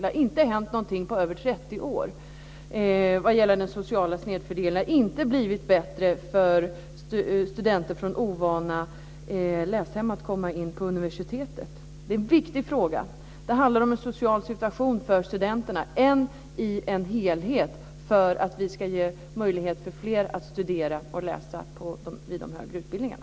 Det har inte hänt någonting på över 30 år när det gäller den sociala snedfördelningen. Det har inte blivit lättare för studenter från hem där man är ovan vid att läsa att komma in på universitetet. Det här är en viktig fråga. Det handlar om en social situation för studenterna. Det är en fråga i en helhet som handlar om att vi ska ge möjlighet för fler att studera och läsa på de högre utbildningarna.